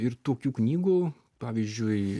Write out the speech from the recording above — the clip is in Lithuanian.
ir tokių knygų pavyzdžiui